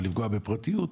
ולפגוע בפרטיות.